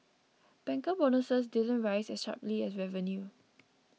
banker bonuses didn't rise as sharply as revenue